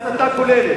התייחסות להסתה הכוללת.